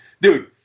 dude